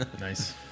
Nice